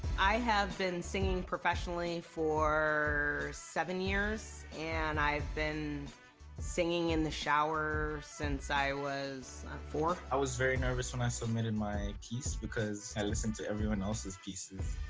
i have been singing professionally for seven years. and i've been singing in the shower since i was four. i was very nervous when i submitted my piece because i listened to everyone else's pieces.